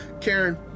Karen